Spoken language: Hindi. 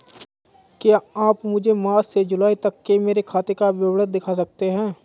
क्या आप मुझे मार्च से जूलाई तक की मेरे खाता का विवरण दिखा सकते हैं?